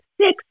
six